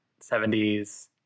70s